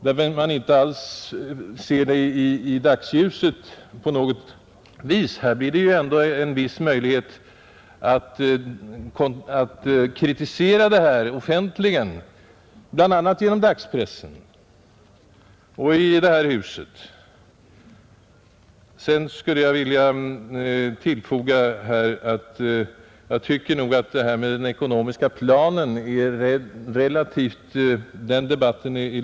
Om man ser sådant i dagsljuset, har vi ju ändå en viss möjlighet att kritisera företeelsen offentligt, bl.a. i dagspressen och i detta hus. Sedan vill jag tillfoga att jag tycker att debatten om innehållet i den ekonomiska planen är litet överdriven.